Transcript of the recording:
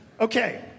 Okay